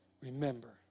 Remember